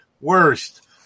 worst